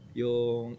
yung